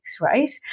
right